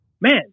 man